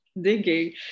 digging